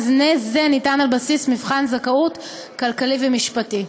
מענה זה ניתן על בסיס מבחן זכאות כלכלי ומשפטי.